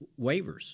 waivers